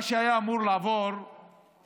מה שהיה אמור לעבור זה